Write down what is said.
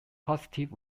positive